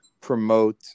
promote